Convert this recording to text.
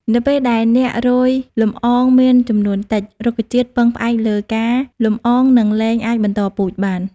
នៅពេលដែលអ្នករោយលំអងមានចំនួនតិច រុក្ខជាតិពឹងផ្អែកលើការលំអងនឹងលែងអាចបន្តពូជបាន។